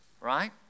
Right